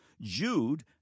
Jude